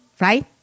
Right